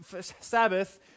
sabbath